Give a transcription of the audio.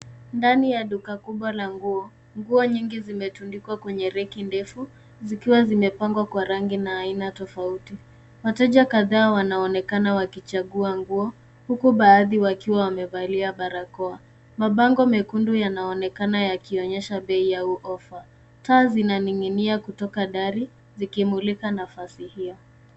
Ndani ya duka kubwa la nguo, nguo nyingi zimetundiwa kwenye rack ndefu zikiwa zimepangwa kwa rangi na aina tofauti. Wateja kadhaa wanaonekana wakichagua nguo, huku baadhi wakiwa wamevalia barakoa. Mabango mekundu yanaonekana yakionyesha bei au offer Taa zinaning'inia kutoka ndari zikimulika nafasi hiyo.